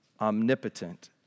omnipotent